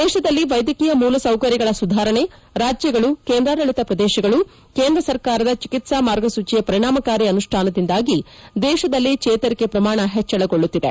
ದೇಶದಲ್ಲಿ ವೈದ್ಯಕೀಯ ಮೂಲಸೌಕರ್ಯಗಳ ಸುಧಾರಣೆ ರಾಜ್ಯಗಳು ಕೇಂದ್ರಾಡಳಿತ ಪ್ರದೇಶಗಳು ಕೇಂದ್ರ ಸರ್ಕಾರದ ಚಿಕಿತ್ಪಾ ಮಾರ್ಗಸೂಚಿಯ ಪರಿಣಾಮಕಾರಿ ಅನುಷ್ಠಾನದಿಂದಾಗಿ ದೇಶದಲ್ಲಿ ಚೇತರಿಕೆ ಪ್ರಮಾಣ ಹೆಚ್ಚಳಗೊಳ್ಳುತ್ತಿದೆ